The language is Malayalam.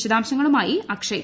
വിശദാംശങ്ങളുമായി അക്ഷയ്